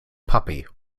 puppy